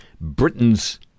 Britain's